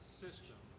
system